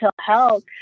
health